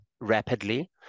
rapidly